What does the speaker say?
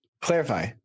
Clarify